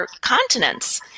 continents